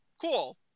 cool